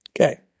Okay